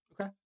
Okay